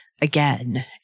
Again